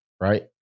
right